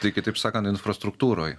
tai kitaip sakant infrastruktūroj